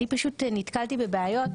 אני פשוט נתקלתי בבעיות,